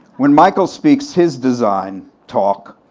when michael speaks his design talk,